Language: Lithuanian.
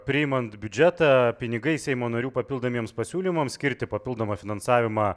priimant biudžetą pinigai seimo narių papildomiems pasiūlymams skirti papildomą finansavimą